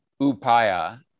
upaya